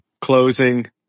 closing